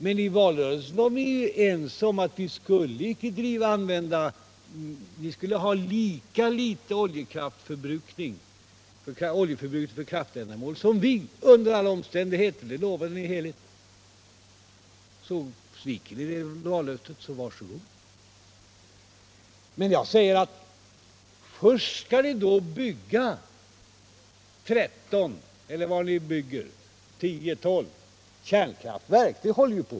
Men i valrörelsen var vi ense, och ni ville ha lika låg oljeförbrukning för kraftändamål som vi. Det lovade ni heligt. Sviker ni det vallöftet, så var så god. Först skall vi då bygga 13 — eller blir det 10 eller 12 — kärnkraftverk.